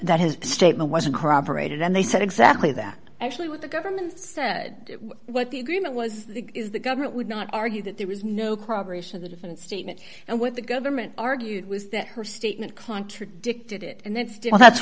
that his statement wasn't corroborated and they said exactly that actually what the government said what the agreement was is the government would not argue that there was no corroboration of a different statement and what the government argued was that her statement contradicted it and then still that's